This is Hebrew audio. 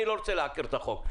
אני לא רוצה לעקר את החוק.